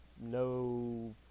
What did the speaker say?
No